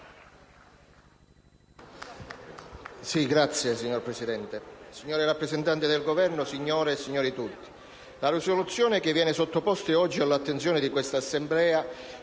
Signora Presidente, signor rappresentante del Governo, signore e signori tutti, la risoluzione che viene sottoposta oggi all'attenzione di questa Assemblea